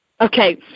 Okay